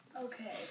Okay